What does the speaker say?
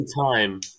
time